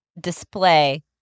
display